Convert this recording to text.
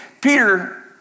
Peter